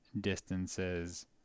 distances